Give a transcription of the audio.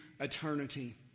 eternity